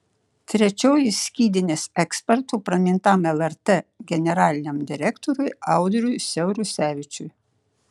trečioji skydinės ekspertu pramintam lrt generaliniam direktoriui audriui siaurusevičiui